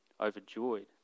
overjoyed